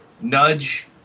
nudge